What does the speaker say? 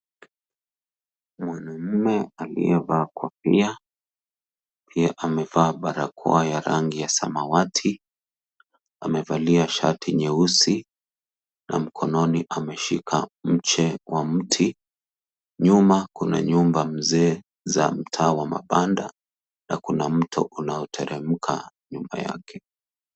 Mwanaume aliyevaa kofia, pia amevaa barakoa ya rangi ya samawati, amevalia shati nyeusi na mkononi ameshika mche wa mti. Nyuma kuna nyumba mzee za mtaa wa mabanda na kuna mto unaoteremka nyuma yake.